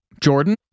Jordan